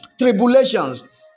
tribulations